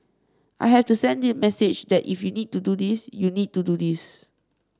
I have to send the message that if you need to do this you need to do this